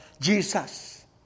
Jesus